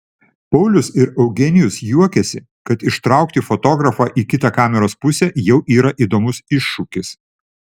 paulius ir eugenijus juokiasi kad ištraukti fotografą į kitą kameros pusę jau yra įdomus iššūkis